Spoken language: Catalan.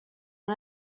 han